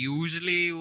usually